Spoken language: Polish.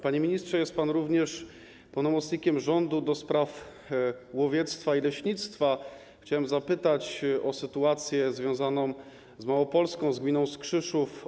Panie ministrze, jest pan również pełnomocnikiem rządu do spraw łowiectwa i leśnictwa, dlatego chciałem zapytać o sytuację związaną z Małopolską, z gminą Skrzyszów.